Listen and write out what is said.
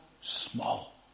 small